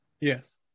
Yes